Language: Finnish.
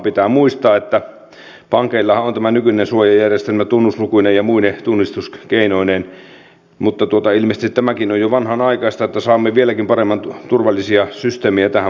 pitää muistaa että pankeillahan on tämä nykyinen suojajärjestelmä tunnuslukuineen ja muine tunnistuskeinoineen mutta ilmeisesti tämäkin on jo vanhanaikaista niin että saamme vieläkin parempia turvallisia systeemejä tähän maahan rakennettua